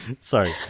Sorry